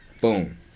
Boom